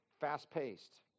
fast-paced